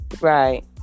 Right